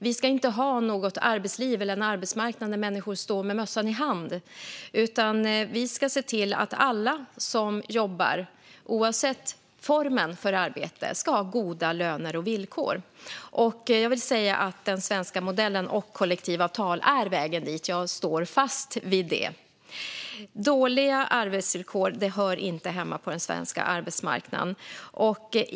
Vi ska inte ha ett arbetsliv eller en arbetsmarknad där människor står med mössan i hand, utan vi ska se till att alla som jobbar - oavsett formen för arbetet - ska ha goda löner och villkor. Den svenska modellen och kollektivavtal är vägen dit. Jag står fast vid det. Dåliga arbetsvillkor hör inte hemma på den svenska arbetsmarknaden.